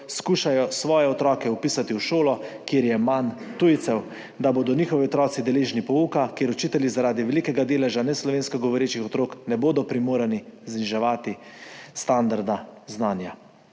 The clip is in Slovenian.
skušajo svoje otroke vpisati v šolo, kjer je manj tujcev, da bodo njihovi otroci deležni pouka, kjer učitelji zaradi velikega deleža neslovensko govorečih otrok ne bodo primorani zniževati standarda znanja.